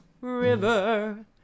River